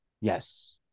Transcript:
Yes